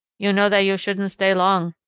you know that you shouldn't stay long.